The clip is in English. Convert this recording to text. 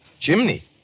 Chimney